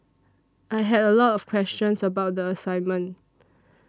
I had a lot of questions about the assignment